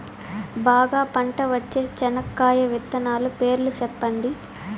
బాగా పంట వచ్చే చెనక్కాయ విత్తనాలు పేర్లు సెప్పండి?